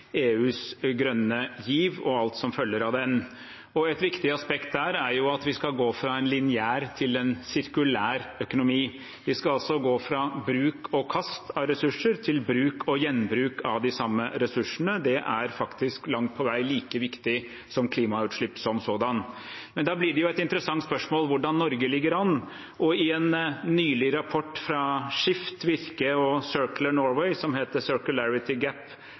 EUs grønne giv og alt som følger av den. Et viktig aspekt der er at vi skal gå fra en lineær til en sirkulær økonomi. Vi skal altså gå fra bruk og kast av ressurser til bruk og gjenbruk av de samme ressursene. Det er faktisk langt på vei like viktig som klimautslipp som sådan. Men da blir et interessant spørsmål: Hvordan ligger Norge an? I en nylig rapport fra Skift, Virke og Circular Norway, som heter